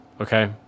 Okay